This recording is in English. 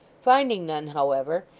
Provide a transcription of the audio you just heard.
finding none, however,